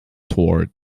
toward